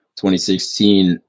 2016